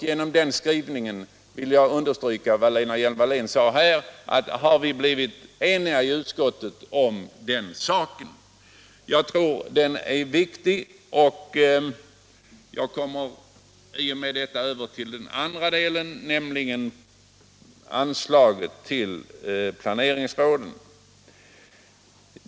Jag vill understryka vad fru Lena Hjelm-Wallén här sade, att vi i utskottet har blivit eniga på den punkten. Därmed kommer jag över på anslaget till planeringsråden.